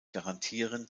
garantieren